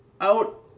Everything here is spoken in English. out